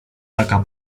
taka